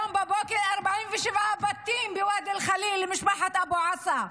היום בבוקר 47 בתים בוואדי אל-ח'ליל למשפחת אבו עסא,